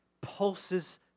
pulses